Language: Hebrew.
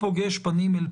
יסכים.